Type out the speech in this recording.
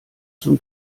zum